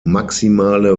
maximale